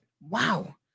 Wow